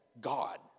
God